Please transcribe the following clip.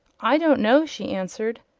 i don't know, she answered.